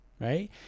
right